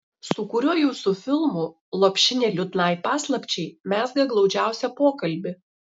su kuriuo jūsų filmu lopšinė liūdnai paslapčiai mezga glaudžiausią pokalbį